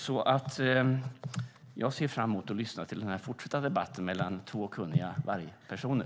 Jag ser alltså fram emot att lyssna på den fortsatta debatten mellan två vargkunniga personer.